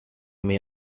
may